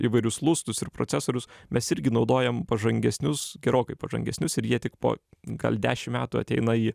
įvairius lustus ir procesorius mes irgi naudojam pažangesnius gerokai pažangesnius ir jie tik po gal dešim metų ateina į